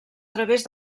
través